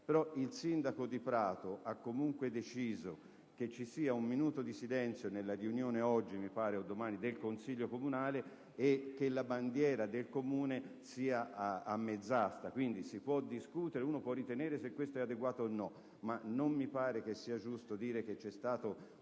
il sindaco di Prato ha comunque deciso che ci sia un minuto di silenzio nella riunione del Consiglio comunale, e che la bandiera del Comune sia a mezz'asta. Quindi, si può ritenere questa decisione adeguata o meno, ma non mi pare che sia giusto dire che vi è stato un